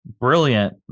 brilliant